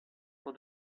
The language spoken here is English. for